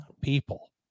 people